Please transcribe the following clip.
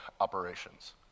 operations